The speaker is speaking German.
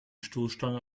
stoßstange